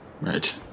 Right